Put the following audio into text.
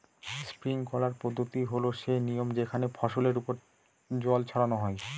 sprinkler পদ্ধতি হল সে নিয়ম যেখানে ফসলের ওপর জল ছড়ানো হয়